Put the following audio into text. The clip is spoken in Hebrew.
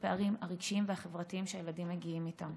הפערים הרגשיים והחברתיים שהילדים מגיעים איתם.